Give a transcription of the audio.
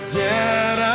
dead